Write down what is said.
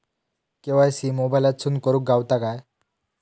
KYC मोबाईलातसून करुक गावता काय?